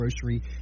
Grocery